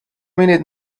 minute